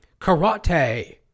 karate